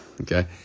okay